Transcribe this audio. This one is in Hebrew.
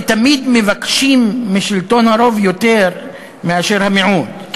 תמיד מבקשים משלטון הרוב יותר מאשר מהמיעוט,